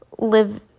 live